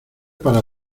para